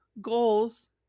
goals